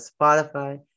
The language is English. Spotify